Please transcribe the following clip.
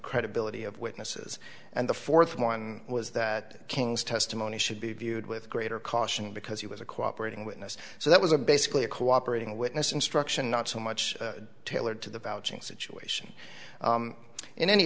credibility of witnesses and the fourth one was that king's testimony should be viewed with greater caution because he was a cooperating witness so that was a basically a cooperating witness instruction not so much tailored to the vouching situation in any